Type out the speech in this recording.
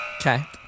Okay